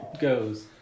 goes